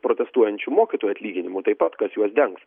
protestuojančių mokytojų atlyginimų taip pat kas juos dengs